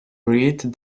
read